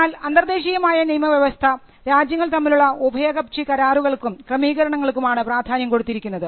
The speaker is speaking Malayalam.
എന്നാൽ അന്തർദേശീയമായ നിയമവ്യവസ്ഥ രാജ്യങ്ങൾ തമ്മിലുള്ള ഉഭയകക്ഷി കരാറുകൾക്കും ക്രമീകരണങ്ങൾക്കും ആണ് പ്രാധാന്യം കൊടുത്തിരിക്കുന്നത്